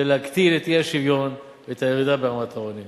להקטין את האי-שוויון, ירידה ברמת העוני.